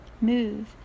move